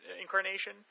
incarnation